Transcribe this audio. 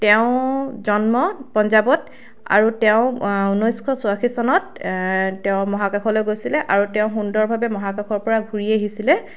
তেওঁ জন্ম পাঞ্জাৱত আৰু তেওঁ ঊনৈছশ চৌৰাশী চনত তেওঁ মহাকাশলৈ গৈছিলে আৰু তেওঁ সুন্দৰভাৱে মহাকাশৰ পৰা ঘূৰি আহিছিলে